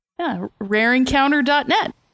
RareEncounter.net